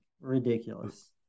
ridiculous